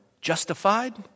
justified